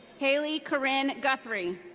hayley kerin guthrie.